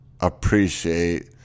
appreciate